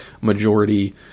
majority